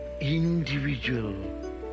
Individual